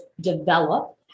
develop